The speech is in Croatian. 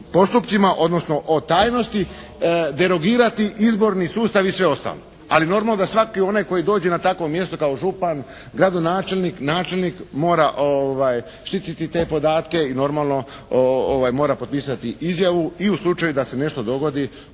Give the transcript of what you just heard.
postupcima, odnosno o tajnosti derogirati izborni sustav i sve ostalo. Ali normalno da svaki onaj koji dođe na takvo mjesto kao župan, gradonačelnik, načelnik mora štititi te podatke i normalno mora potpisati izjavu i u slučaju da se nešto dogodi